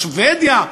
שבדיה,